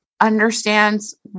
understands